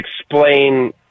explain